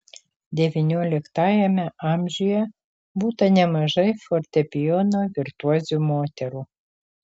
devynioliktajame amžiuje būta nemažai fortepijono virtuozių moterų